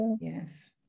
Yes